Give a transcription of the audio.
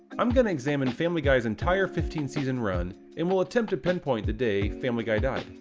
i'm gonna examine family guy's entire fifteen season run, and will attempt to pinpoint the day family guy died.